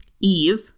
Eve